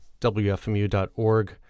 wfmu.org